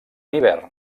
hivern